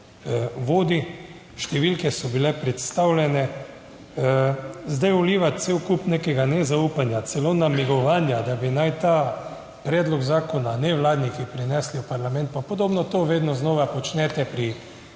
vodi, številke so bile predstavljene. Zdaj vlivati cel kup nekega nezaupanja, celo namigovanja, da bi naj ta predlog zakona nevladniki prinesli v parlament pa podobno, to vedno znova počnete pri večini